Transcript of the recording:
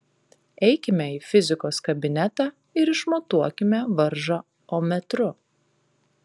eikime į fizikos kabinetą ir išmatuokime varžą ommetru